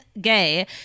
gay